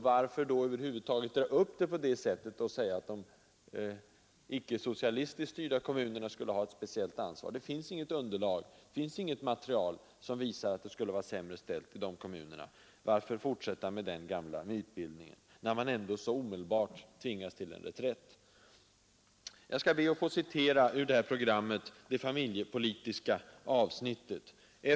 Varför då över huvud taget dra upp en debatt på det sättet och säga att de icke socialistiskt styrda kommunerna skulle ha ett speciellt ansvar? Det finns inget material som visar att det skulle vara sämre ställt i de kommunerna. Varför fortsätta med den gamla mytbildningen när man ändå så omedelbart tvingas till reträtt? Jag skall be att få citera ur det familjepolitiska avsnittet i folkpartiprogrammet.